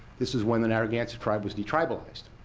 this is when the narragansett tribe was detribalized.